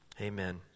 Amen